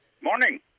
Morning